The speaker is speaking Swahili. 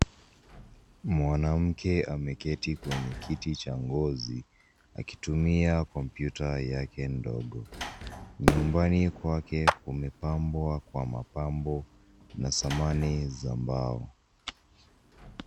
Mwanamke ameketi kwenye kiti cha ngozi akitumia kompyuta yake ndogo . Nyumbani kwake kumepambwa kwa mapambo na samani za mbao.